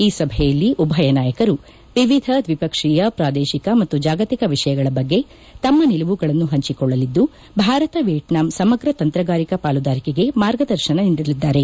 ಈ ಸಭೆಯಲ್ಲಿ ಉಭಯ ನಾಯಕರು ವಿವಿಧ ದ್ವಿಪಕ್ಷೀಯ ಪ್ರಾದೇಶಿಕ ಮತ್ತು ಜಾಗತಿಕ ವಿಷಯಗಳ ಬಗ್ಗೆ ತಮ್ಮ ನಿಲುವುಗಳನ್ನು ಹಂಚಿಕೊಳ್ಳಲಿದ್ದು ಭಾರತ ವಿಯೆಟ್ಲಾಂ ಸಮಗ ತಂತ್ರಗಾರಿಕಾ ಪಾಲುದಾರಿಕೆಗೆ ಮಾರ್ಗದರ್ಶನ ನೀಡಲಿದ್ದಾರೆ